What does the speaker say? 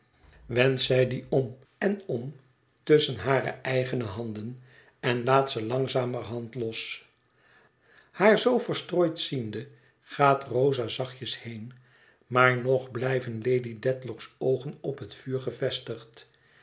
die om en om tusschen hare eigene handen en laat ze langzamerhand los haar zoo verstrooid ziende gaat rosa zachtjes heen maar nog blijven lady dedlock's oogen op het vuur gevestigd